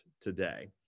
today